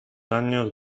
años